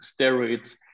steroids